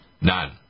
None